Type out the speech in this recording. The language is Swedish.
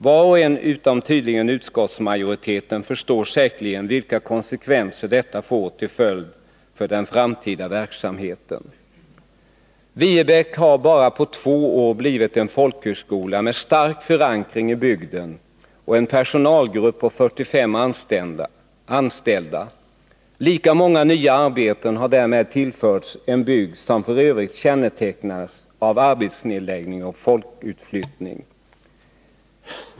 Var och en, utom tydligen utskottsmajoriteten, förstår säkerligen vilka konsekvenser detta får för den framtida verksamheten. Viebäck har på bara två år blivit en folkhögskola med stark förankring i bygden och med en personalgrupp på 45 anställda. Många nya arbeten har därmed tillförts en bygd som f. ö. kännetecknats av arbetsnedläggning och folkutflyttning.